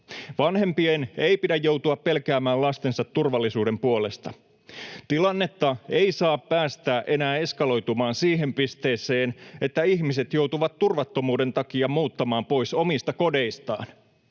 Vanhempien ei pidä joutua pelkäämään lastensa turvallisuuden puolesta. Tilannetta ei saa päästää enää eskaloitumaan siihen pisteeseen, että ihmiset joutuvat turvattomuuden takia muuttamaan pois omista kodeistaan.